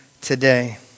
today